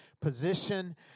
position